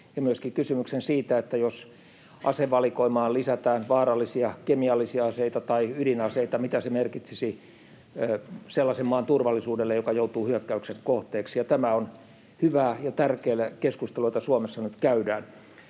myöskin kysymyksen siitä, että jos asevalikoimaan lisätään vaarallisia kemiallisia aseita tai ydinaseita, mitä se merkitsisi sellaisen maan turvallisuudelle, joka joutuu hyökkäyksen kohteeksi. Tämä on hyvää ja tärkeää keskustelua, jota Suomessa nyt käydään.